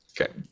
Okay